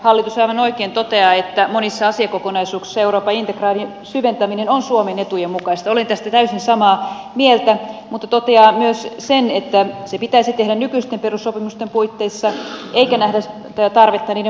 hallitus aivan oikein toteaa että monissa asiakokonaisuuksissa euroopan integraation syventäminen on suomen etujen mukaista olen tästä täysin samaa mieltä mutta toteaa myös sen että se pitäisi tehdä nykyisten perussopimusten puitteissa eikä nähdä tarvetta niiden muuttamiselle